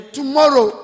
Tomorrow